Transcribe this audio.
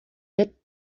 lit